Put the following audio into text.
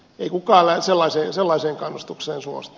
ei kukaan sellaiseen kannustukseen suostu